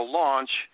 launch